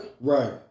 Right